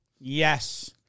Yes